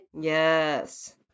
Yes